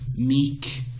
meek